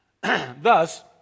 Thus